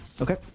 Okay